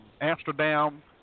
Amsterdam